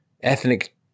ethnic